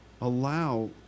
allow